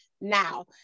now